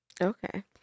Okay